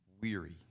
weary